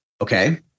Okay